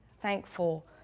thankful